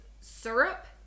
syrup